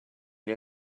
ele